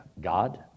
God